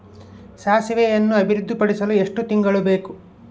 ಸಾಸಿವೆಯನ್ನು ಅಭಿವೃದ್ಧಿಪಡಿಸಲು ಎಷ್ಟು ತಿಂಗಳು ಬೇಕು?